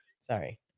Sorry